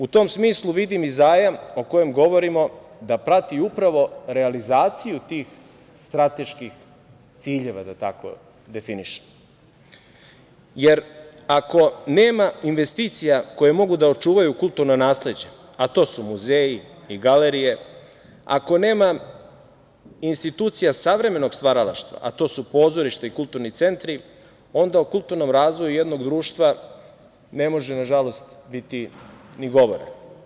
U tom smislu vidim i zajam o kojem govorimo, da prati upravo realizaciju tih strateških ciljeva, da tako definišem, jer ako nema investicija koje mogu da očuvaju kulturno nasleđe, a to su muzeji i galerije, ako nema institucija savremenog stvaralaštva, a to su pozorište i kulturni centri, onda o kulturnom razvoju jednog društva ne može, nažalost, biti ni govora.